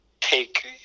take –